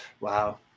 Wow